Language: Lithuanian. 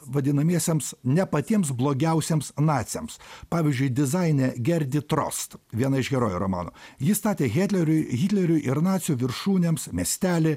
vadinamiesiems ne patiems blogiausiems naciams pavyzdžiui dizainė gerdi trost viena iš herojų romano jį statė hetleriui hitleriui ir nacių viršūnėms miestelį